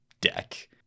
deck